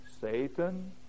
Satan